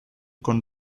con